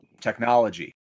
technology